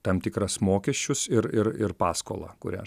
tam tikras mokesčius ir ir ir paskolą kurią